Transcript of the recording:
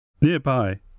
Nearby